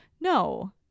no